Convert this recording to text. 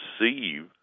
receive